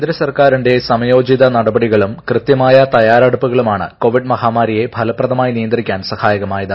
കേന്ദ്ര സർക്കാരിന്റെ സ്മയോചിത നടപടികളും കൃത്യമായ തയ്യാറെടുപ്പുകളും ആണ് കോവിഡ് മഹാമാരിയെ ഫലപ്രദമായി നിയന്ത്രിക്കാൻ സഹായ്കമായത്